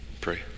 pray